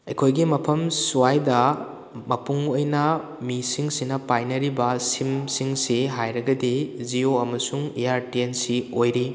ꯑꯩꯈꯣꯏꯒꯤ ꯃꯐꯝ ꯁ꯭ꯋꯥꯏꯗ ꯃꯄꯨꯡ ꯑꯣꯏꯅ ꯃꯤꯁꯤꯡꯁꯤꯅ ꯄꯥꯏꯅꯔꯤꯕ ꯁꯤꯝ ꯁꯤꯡꯁꯤ ꯍꯥꯏꯔꯒꯗꯤ ꯖꯤꯑꯣ ꯑꯃꯁꯨꯡ ꯏꯌꯥꯔꯇꯦꯜ ꯑꯁꯤ ꯑꯣꯏꯔꯤ